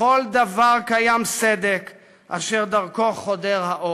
בכל דבר קיים סדק אשר דרכו חודר האור.